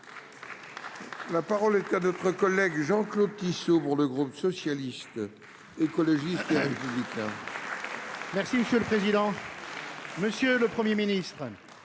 La parole est à M. Jean Claude Tissot, pour le groupe Socialiste, Écologiste et Républicain.